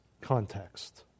context